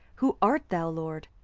who art thou, lord?